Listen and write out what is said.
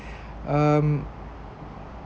um